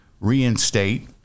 Reinstate